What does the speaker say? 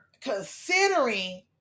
considering